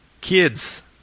kids